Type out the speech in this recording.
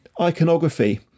iconography